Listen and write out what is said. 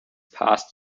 past